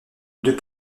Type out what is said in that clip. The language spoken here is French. deux